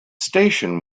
station